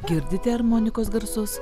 girdite armonikos garsus